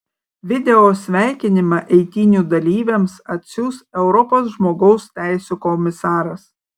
video sveikinimą eitynių dalyviams atsiųs europos žmogaus teisių komisaras